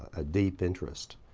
a deep interest,